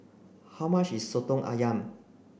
how much is Soto Ayam